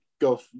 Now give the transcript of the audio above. go